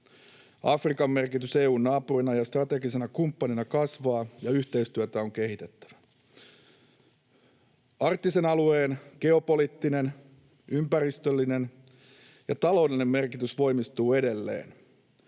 Afrikan merkitys EU:n naapurina ja strategisena kumppanina kasvaa, ja yhteistyötä on kehitettävä. Arktisen alueen geopoliittinen, ympäristöllinen ja taloudellinen merkitys voimistuu edelleen.